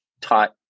taught